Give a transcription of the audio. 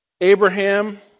Abraham